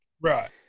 Right